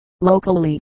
locally